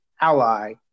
ally